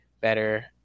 better